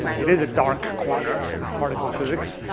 it is a dark corner of particle physics.